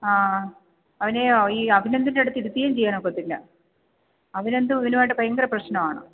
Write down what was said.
ആ അവനെ ഈ അഭിനന്ദിൻ്റെ അടുത്തിരുത്തുകയും ചെയ്യാനൊക്കത്തില്ല അഭിനന്ദ് ഇവനുമായിട്ട് ഭയങ്കര പ്രശ്നമാണ്